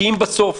אם בסוף,